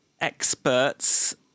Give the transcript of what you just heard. experts